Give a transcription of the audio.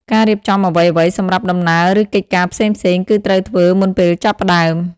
ការរៀបចំអ្វីៗសម្រាប់ដំណើរឬកិច្ចការផ្សេងៗគឺត្រូវធ្វើមុនពេលចាប់ផ្ដើម។